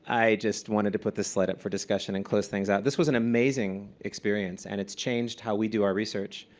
i just wanted to put this slide up for discussion and close things out. this was an amazing experience and it's changed how we do our research.